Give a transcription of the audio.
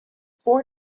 four